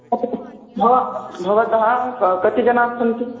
भवा भवन्तः क कति जनाः सन्ति